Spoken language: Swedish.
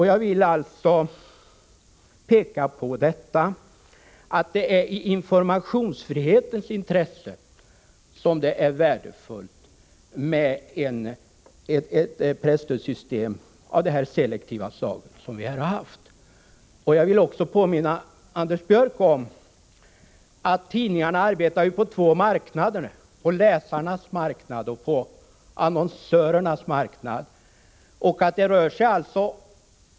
Jag vill alltså understryka att det är i informationsfrihetens intresse som det är värdefullt med ett presstödssystem av det selektiva slag som vi har haft. Jag vill också påminna Anders Björck om att tidningarna ju arbetar på två marknader — på läsarnas marknad och på annonsörernas marknad.